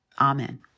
Amen